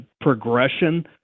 progression